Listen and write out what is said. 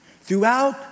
throughout